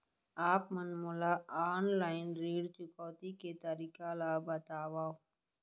आप मन मोला ऑनलाइन ऋण चुकौती के तरीका ल बतावव?